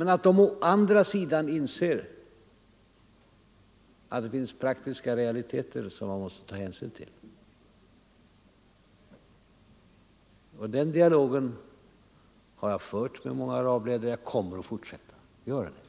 Men å andra Fredagen den sidan inser de att det finns praktiska realiteter som man måste ta hänsyn 22 november 1974 till. Den dialogen har jag fört med många arabledare, och jag kommer att fortsätta att göra det.